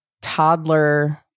toddler